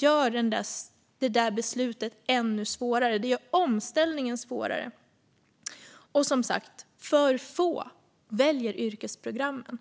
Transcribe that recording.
gör beslutet ännu svårare. Det gör omställningen svårare. Som sagt: För få väljer yrkesprogrammen.